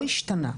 לא השתנה.